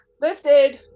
lifted